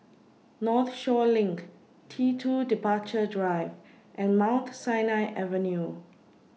Northshore LINK T two Departure Drive and Mount Sinai Avenue